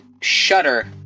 shutter